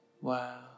Wow